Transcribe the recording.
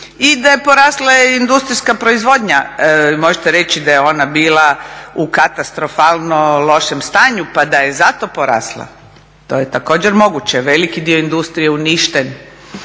i da je porasla industrijska proizvodnja. Vi možete reći da je ona bila u katastrofalno lošem stanju pa da je zato porasla, to je također moguće. Veliki dio industrije je uništen